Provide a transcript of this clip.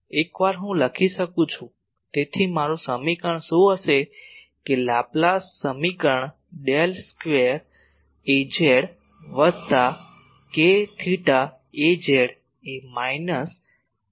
એકવાર હું લખી શકું છું તેથી મારું સમીકરણ શું હશે કે લાપલાસ સમીકરણ ડેલ સ્ક્વેર Az વત્તા k0 Az એ માઈનસ મ્યુ નોટ Jz છે